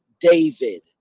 David